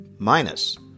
Minus